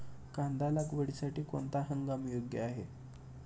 कांदा लागवडीसाठी कोणता हंगाम योग्य आहे?